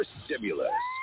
stimulus